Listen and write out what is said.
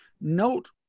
note